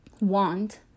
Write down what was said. want